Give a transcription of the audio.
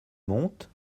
monte